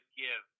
give